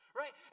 right